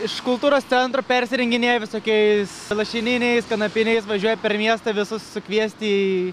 iš kultūros centro persirenginėja visokiais lašininiais kanapiniais važiuoja per miestą visus sukviesti į